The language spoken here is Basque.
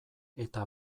eta